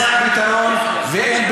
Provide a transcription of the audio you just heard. תן לזה זמן, זה הפתרון ואין בלתו.